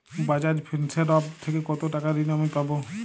বাজাজ ফিন্সেরভ থেকে কতো টাকা ঋণ আমি পাবো?